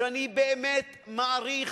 שאני באמת מעריך,